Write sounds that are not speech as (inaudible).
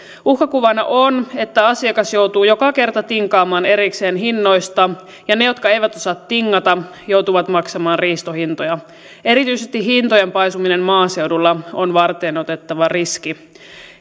uhkakuvana on että asiakas joutuu joka kerta tinkaamaan erikseen hinnoista ja ne jotka eivät osaa tingata joutuvat maksamaan riistohintoja (unintelligible) hintojen paisuminen erityisesti maaseudulla on varteenotettava riski